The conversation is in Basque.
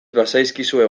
bazaizkizue